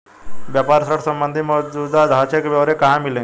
व्यापार ऋण संबंधी मौजूदा ढांचे के ब्यौरे कहाँ मिलेंगे?